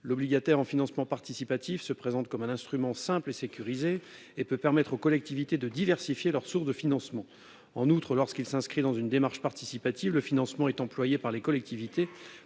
l'obligataire en financement participatif se présente comme un instrument simple et sécurisée et peut permettre aux collectivités de diversifier leurs sources de financement. En outre, lorsqu'il s'inscrit dans une démarche participative. Le financement est employé par les collectivités